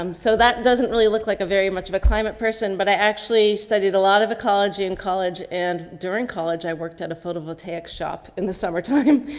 um so that doesn't really look like a very much of a climate person, but i actually studied a lot of ecology in college and during college i worked at a photovoltaic shop in the summertime.